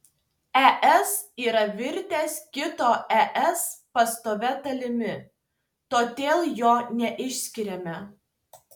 es yra virtęs kito es pastovia dalimi todėl jo neišskiriame